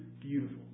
beautiful